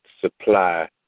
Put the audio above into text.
supply